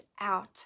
out